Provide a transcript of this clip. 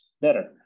better